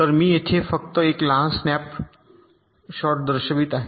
तर मी येथे फक्त एक लहान स्नॅप शॉट दर्शवित आहे